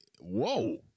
whoa